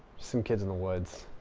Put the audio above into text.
some kids in the woods.